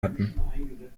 hatten